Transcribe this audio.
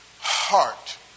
heart